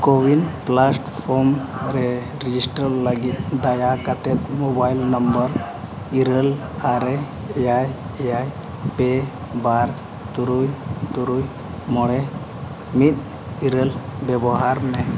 CoWIN platform ᱨᱮ register ᱞᱟᱹᱜᱤᱫ ᱫᱟᱭᱟ ᱠᱟᱛᱮᱫ ᱢᱳᱵᱟᱭᱤᱞ ᱱᱟᱢᱵᱟᱨ ᱤᱨᱟᱹᱞ ᱟᱨᱮ ᱮᱭᱟᱭ ᱮᱭᱟᱭ ᱯᱮ ᱵᱟᱨ ᱛᱩᱨᱩᱭ ᱛᱩᱨᱩᱭ ᱢᱚᱬᱮ ᱢᱤᱫ ᱤᱨᱟᱹᱞ ᱵᱮᱵᱚᱦᱟᱨ ᱢᱮ